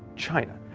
china.